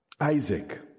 Isaac